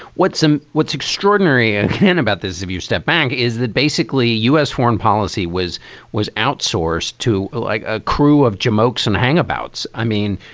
what's um what's extraordinary and about this, if you step back, is that basically u s. foreign policy was was outsourced to like a crew of jamarcus and hang abouts. i mean,